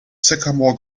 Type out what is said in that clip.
sycamore